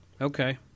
Okay